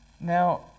Now